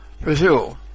Brazil